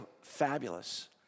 Fabulous